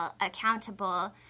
accountable